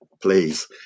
please